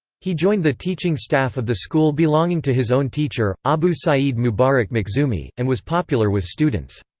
he joined the teaching staff of the school belonging to his own teacher, abu saeed mubarak makhzoomi, and was popular with students.